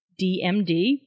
DMD